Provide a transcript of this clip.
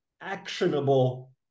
actionable